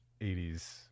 80s